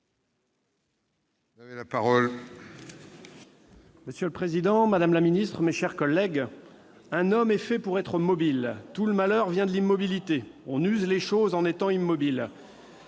Monsieur le président, madame la ministre, mes chers collègues :« Un homme est fait pour être mobile. Tout le malheur vient de l'immobilité. On use les choses en étant immobile.